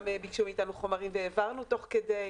ביקשנו מאיתנו חומרים והעברנו תוך כדי.